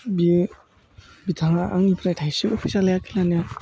बि बिथाङा आंनिफ्राय थाइसेबो फैसा लायाखै लानाया